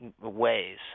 ways